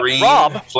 Rob